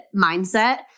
mindset